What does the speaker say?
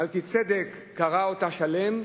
מלכיצדק קרא אותה "שלם",